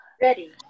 Ready